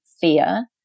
fear